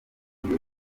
bwiwe